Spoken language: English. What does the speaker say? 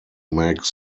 make